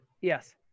Yes